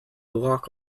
lock